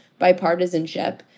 bipartisanship